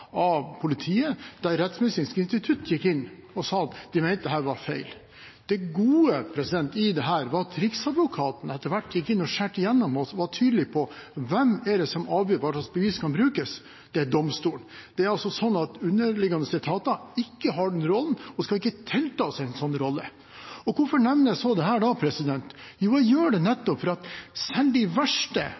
av politiet, der Rettsmedisinsk institutt gikk inn og sa at de mente dette var feil. Det gode i dette var at Riksadvokaten etter hvert gikk inn, skar igjennom og var tydelig på hvem det er som avgjør hvilke bevis som kan brukes – det er domstolen. Det er altså slik at underliggende etater ikke har den rollen, og de skal ikke tilta seg en slik rolle. Hvorfor nevnes så dette? Jo, jeg gjør det nettopp fordi selv de verste og vanskeligste sakene skal bidra til at